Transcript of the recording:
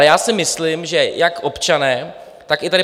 Já si myslím, že jak občané, tak i tady